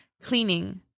cleaning